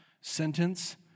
sentence